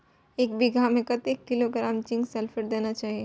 एक बिघा में कतेक किलोग्राम जिंक सल्फेट देना चाही?